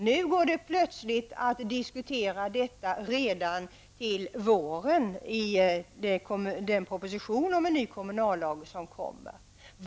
Nu går det plötsligt att diskutera detta redan till våren i den proposition om en ny kommunallag som skall läggas fram.